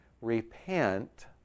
Repent